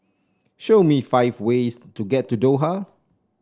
show me five ways to get to Doha